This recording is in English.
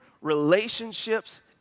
relationships